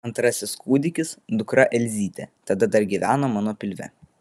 antrasis kūdikis dukra elzytė tada dar gyveno mano pilve